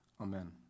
Amen